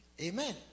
Amen